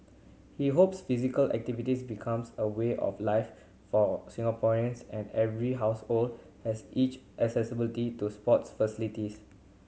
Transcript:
he hopes physical activities becomes a way of life for Singaporeans and every household has each accessibility to sports facilities